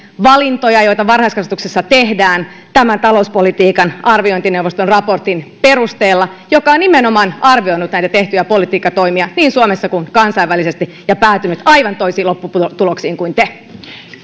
valintoja joita varhaiskasvatuksessa tehdään tämän talouspolitiikan arviointineuvoston raportin perusteella joka on nimenomaan arvioinut näitä tehtyjä politiikkatoimia niin suomessa kuin kansainvälisesti ja päätynyt aivan toisiin lopputuloksiin kuin te